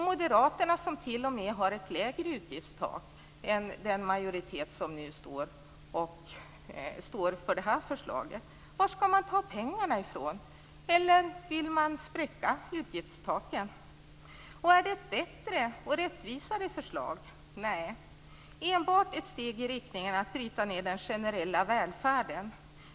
Moderaterna har t.o.m. ett lägre utgiftstak än den majoritet som står bakom det här förslaget. Varifrån skall man ta pengarna? Vill man spräcka utgiftstaken? Är det ett bättre och rättvisare förslag? Nej, det är enbart ett steg i riktning mot att bryta ned den generella välfärden.